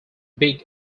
big